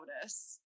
Notice